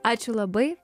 ačiū labai